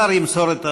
השר ימסור,